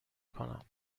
کنم